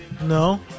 No